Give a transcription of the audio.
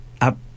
up